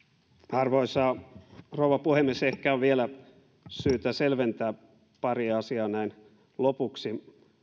arvoisa rouva puhemies ehkä on vielä syytä selventää pari asiaa näin lopuksi